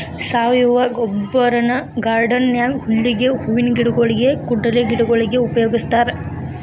ಸಾವಯವ ಗೊಬ್ಬರನ ಗಾರ್ಡನ್ ನ್ಯಾಗ ಹುಲ್ಲಿಗೆ, ಹೂವಿನ ಗಿಡಗೊಳಿಗೆ, ಕುಂಡಲೆ ಗಿಡಗೊಳಿಗೆ ಉಪಯೋಗಸ್ತಾರ